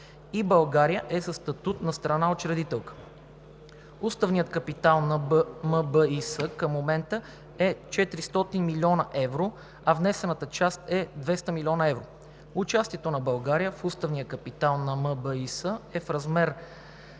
и България е със статут на страна учредителка. Уставният капитал на МБИС към момента е 400 млн. евро, а внесената част е 200 млн. евро. Участието на България в уставния капитал на МБИС е в размер